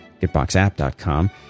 Gitboxapp.com